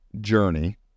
journey